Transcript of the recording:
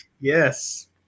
Yes